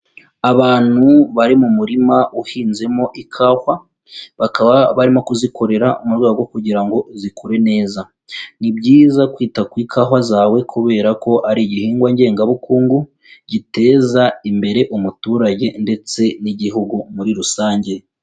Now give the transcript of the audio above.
Abantu bari mu murima uhinzemo ikawa, bakaba barimo kuzikorera mu rwego rwo kugira ngo zikure neza, ni byiza kwita ku ikawa zawe kubera ko ari igihingwa ngengabukungu, giteza imbere umuturage ndetse n'igihugu muri rusange.